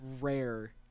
rare